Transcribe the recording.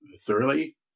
thoroughly